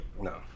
No